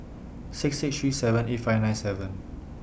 six six three seven eight five nine seven